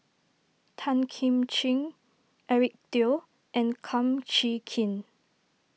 Tan Kim Ching Eric Teo and Kum Chee Kin